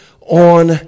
on